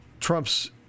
Trump's